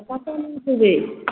कतौ रूकबै